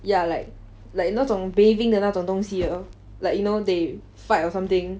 ya like like 那种 bathing 的那种东西 like you know they fight or something